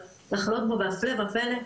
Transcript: והפלא ופלא,